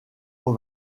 aux